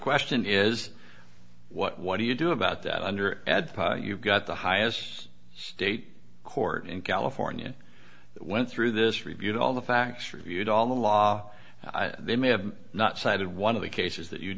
question is what do you do about that under ed you've got the highest state court in california went through this reviewed all the facts reviewed all the law they may have not cited one of the cases that you